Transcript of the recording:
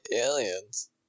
aliens